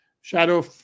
shadow